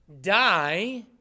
die